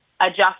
adjust